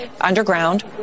underground